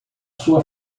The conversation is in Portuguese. sua